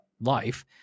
life